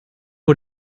ein